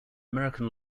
american